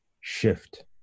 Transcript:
shift